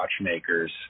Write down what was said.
watchmakers